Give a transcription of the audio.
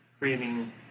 creating